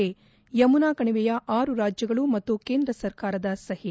ನ ಯಮುನಾ ಕಣಿವೆಯ ಆರು ರಾಜ್ಯಗಳು ಮತ್ತು ಕೇಂದ್ರ ಸರ್ಕಾರದ ಸಹಿ